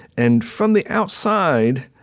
and from the outside,